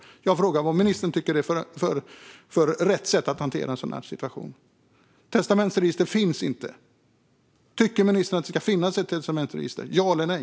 Jag frågar vad ministern tycker är rätt sätt att hantera en sådan situation. Testamentsregister finns inte. Tycker ministern att det ska finnas ett testamentsregister - ja eller nej?